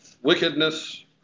wickedness